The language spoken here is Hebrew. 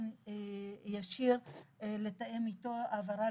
אפשר לתאם אתו באופן ישיר העברה